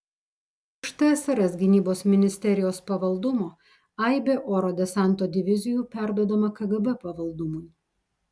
iš tsrs gynybos ministerijos pavaldumo aibė oro desanto divizijų perduodama kgb pavaldumui